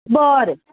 बरें